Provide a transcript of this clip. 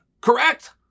correct